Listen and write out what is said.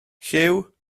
lliw